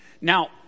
Now